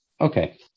Okay